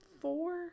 four